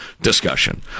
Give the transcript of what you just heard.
discussion